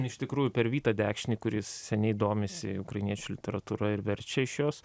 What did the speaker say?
iš tikrųjų per vytą dekšnį kuris seniai domisi ukrainiečių literatūrą ir verčia šios